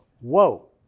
whoa